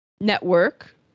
Network